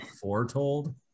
foretold